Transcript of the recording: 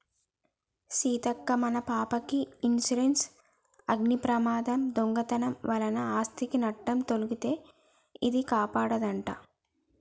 సీతక్క మన పాపకి ఇన్సురెన్సు అగ్ని ప్రమాదం, దొంగతనం వలన ఆస్ధికి నట్టం తొలగితే ఇదే కాపాడదంట